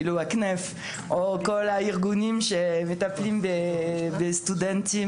הארגון שלי וכל הארגונים שמטפלים בסטודנטים